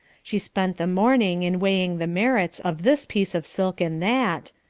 she spent the morning in weighing the merits of this piece of silk and that,